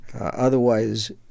Otherwise